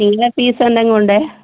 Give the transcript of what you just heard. നിങ്ങളുടെ ഫീസ് എന്ത് എങ്ങനെയുണ്ട്